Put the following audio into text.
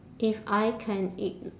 if I can ig~